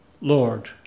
Lord